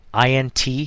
INT